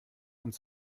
uns